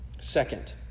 Second